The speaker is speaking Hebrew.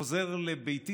חוזר לביתי.